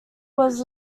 was